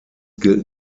gilt